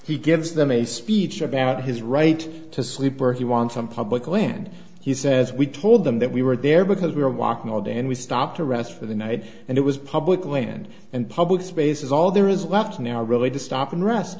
he gives them a speech about his right to sleep or he wants some public land he says we told them that we were there because we were walking all day and we stopped to rest for the night and it was public land and public spaces all there is left now really to stop and rest